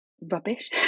rubbish